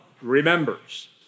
remembers